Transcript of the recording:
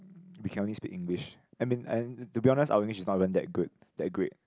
we can only speak English I mean and to be honest our English is not even that good that great